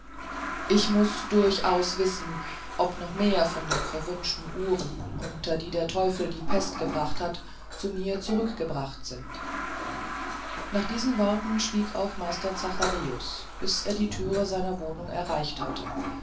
ich muß durchaus wissen ob noch mehr von den verwünschten uhren unter die der teufel die pest gebracht hat zu mir zurückgebracht sind nach diesen worten schwieg auch meister zacharius bis er die thüre seiner wohnung erreicht hatte